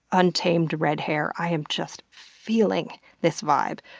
untamed red hair, i am just feeeeling this vibe.